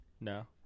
No